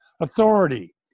authority